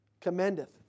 commendeth